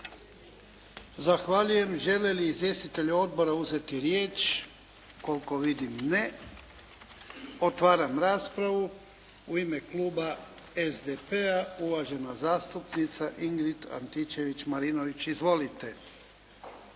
Zahvaljujem. Žele li izvjestitelji odbora uzeti riječ? Koliko vidim, ne. Otvaram raspravu. U ime kluba SDP-a, uvažena zastupnica Ingrid Antičević Marinović. Izvolite.